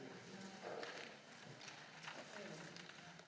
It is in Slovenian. Hvala